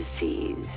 disease